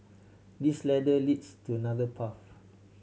this ladder leads to another path